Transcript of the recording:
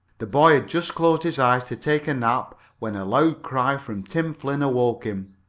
the boy had just closed his eyes to take a nap when a loud cry from tim flynn awoke him.